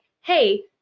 Hey